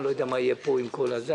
אני לא יודע מה יהיה פה עם כל הזה.